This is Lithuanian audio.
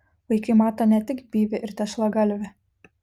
vaikai mato ne tik byvį ir tešlagalvį